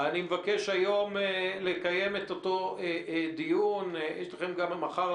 אני מבקש היום לקיים את אותו דיון, ייתכן גם מחר.